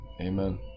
Amen